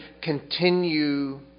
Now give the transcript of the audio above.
continue